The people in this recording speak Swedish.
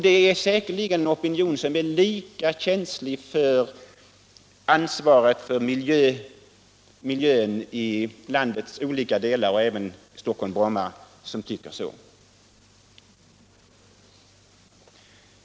Det är säkerligen människor som känner lika stort ansvar som några andra för miljön i landets olika delar och även i Bromma.